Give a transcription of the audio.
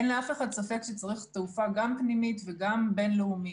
אין לאף אחד ספק שצריך גם תעופה פנימית וגם תעופה בין-לאומית.